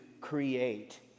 create